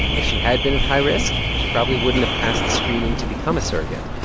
if she had been at high risk, she probably wouldn't have passed the screening to become a surrogate.